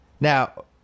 Now